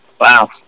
wow